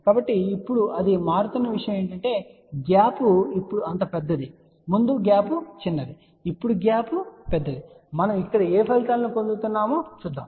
కాబట్టి ఇప్పుడు అది మారుతున్న విషయం ఏమిటంటే గ్యాప్ ఇప్పుడు అంత పెద్దది ముందు గ్యాప్ చిన్నది ఇప్పుడు గ్యాప్ పెద్దది మనం ఇక్కడ ఏ ఫలితాలను పొందుతామో చూద్దాం